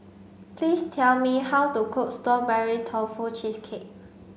please tell me how to cook strawberry tofu cheesecake